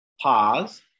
pause